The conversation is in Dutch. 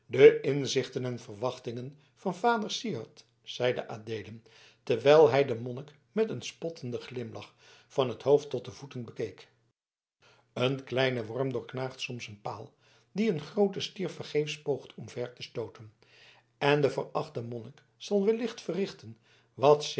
de inzichten en verwachtingen van vader syard zeide adeelen terwijl hij den monnik met een spottenden glimlach van t hoofd tot de voeten bekeek een kleine worm doorknaagt soms een paal dien een groote stier vergeefs poogt omver te stooten en de verachte monnik zal wellicht verrichten